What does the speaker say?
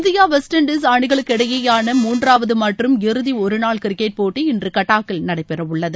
India West Indies அணிகளுக்கு இடையேயான மூன்றாவது மற்றம் இறதி ஒருநாள் கிரிக்கெட் போட்டி இன்று கட்டாக்கில் நடைபெறவுள்ளது